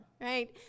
right